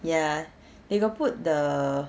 ya they got put the